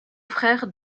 frère